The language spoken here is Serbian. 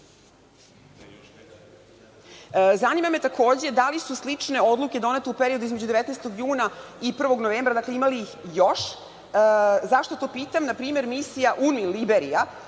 plana. Zanima me takođe da li su slične odluke donete u periodu između 19. juna i 1. novembra? Ima li ih još? Zašto to pitam? Na primer, misija UN Liberija,